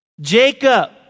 Jacob